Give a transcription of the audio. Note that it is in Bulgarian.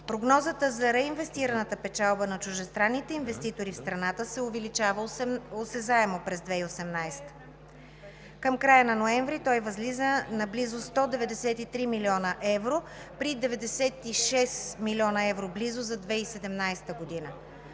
Прогнозата за реинвестираната печалба на чуждестранните инвеститори в страната се увеличава осезаемо през 2018 г. Към края на ноември тя възлиза на близо 193 млн. евро при близо 96 млн. евро за 2017 г.